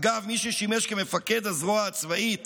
אגב, מי ששימש מפקד הזרוע הצבאית